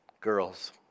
girls